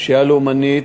פשיעה לאומנית,